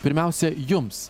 pirmiausia jums